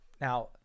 Now